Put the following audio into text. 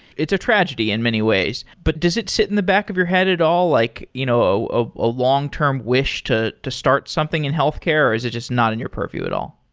it's a tragedy in many ways. but does it sit in the back of your head at all? like you know ah a long-term wish to to start something in healthcare or is it just not in your purview at all?